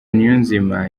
niyonzima